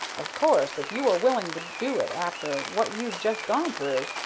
of course, if you are willing to do it after what you've just gone through,